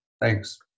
Thanks